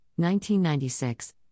1996